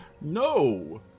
No